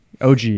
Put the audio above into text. OG